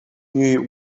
you